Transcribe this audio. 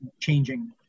changing